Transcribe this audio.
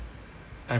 I'm